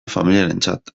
familientzat